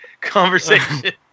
conversation